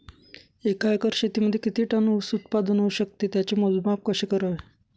एका एकर शेतीमध्ये किती टन ऊस उत्पादन होऊ शकतो? त्याचे मोजमाप कसे करावे?